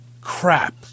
crap